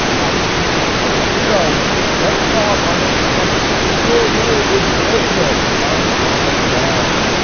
i earned that. okay, so let's call up our next contestant. so if your name is raven, come on down.